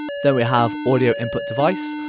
then we have audio input device.